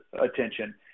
attention